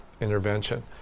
intervention